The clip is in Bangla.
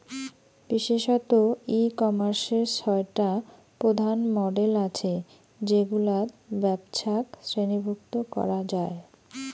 বিশেষতঃ ই কমার্সের ছয়টা প্রধান মডেল আছে যেগুলাত ব্যপছাক শ্রেণীভুক্ত করা যায়